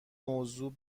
موضوع